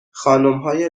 خانمهای